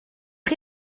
chi